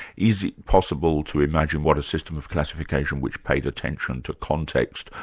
is it possible to imagine what a system of classification which paid attention to context,